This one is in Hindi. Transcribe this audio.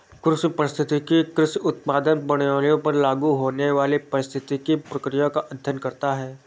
कृषि पारिस्थितिकी कृषि उत्पादन प्रणालियों पर लागू होने वाली पारिस्थितिक प्रक्रियाओं का अध्ययन करता है